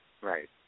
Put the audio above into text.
Right